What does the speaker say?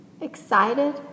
excited